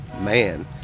man